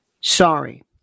Sorry